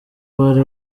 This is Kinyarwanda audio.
bari